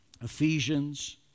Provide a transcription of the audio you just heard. Ephesians